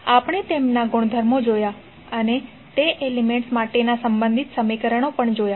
આપણે તેમના ગુણધર્મો જોયા અને તે એલિમેન્ટ્સ માટેના સંબંધિત સમીકરણો પણ જોયા